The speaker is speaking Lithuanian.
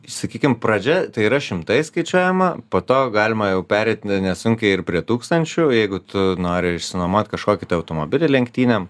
sakykim pradžia tai yra šimtais skaičiuojama po to galima jau pereit ne nesunkiai ir prie tūkstančių jeigu tu nori išsinuomot kažkokį tai automobilį lenktynėm